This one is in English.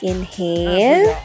Inhale